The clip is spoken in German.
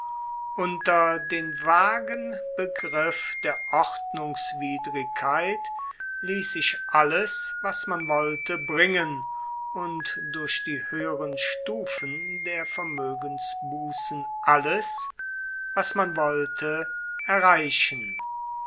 unter den vagen begriff der ordnungswidrigkeit liess sich alles was man wollte bringen und durch die hoeheren stufen der vermoegensbussen alles was man wollte erreichen